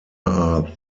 are